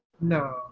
No